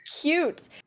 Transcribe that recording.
cute